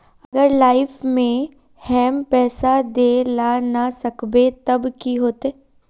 अगर लाइफ में हैम पैसा दे ला ना सकबे तब की होते?